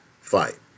fight